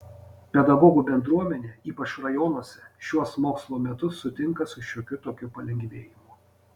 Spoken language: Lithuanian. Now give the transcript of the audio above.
pedagogų bendruomenė ypač rajonuose šiuos mokslo metus sutinka su šiokiu tokiu palengvėjimu